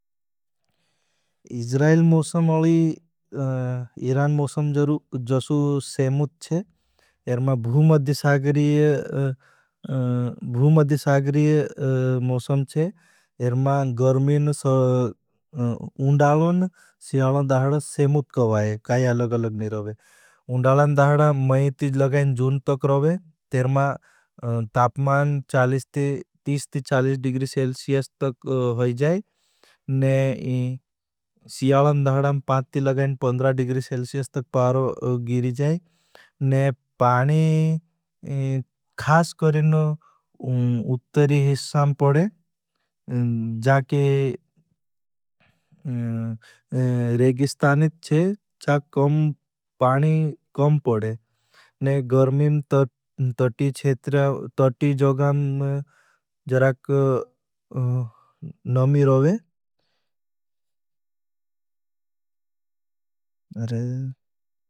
इजरायल मौसम अलि इरान मौसम जरू जसू सेमुत छे, इरमा भुमाद्यसागरी मौसम छे, इरमा गर्मिन उंडालन, सिहालन दहड़ा सेमुत कवाये, काई आलग अलग नहीं रहे। उंडालन दहड़ा मैये तीज लगाएं जून तक रोवे, तेरमा तापमान तीस चालीस दिग्री सेल्सियस तक होई जाए, सिहालन दहड़ां पांती लगाएं पंद्रह दिग्री सेल्सियस तक पारो गीरी जाए, पानी खास करें उतरी हिस्सां पड़े, जाके रेगिस्टानेथ चे चा पानी कम पड़े, ने गरमीं तोटी जोगाम जराक नमी रोवे।